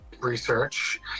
research